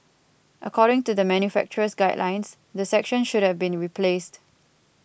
according to the manufacturer's guidelines the section should have been replaced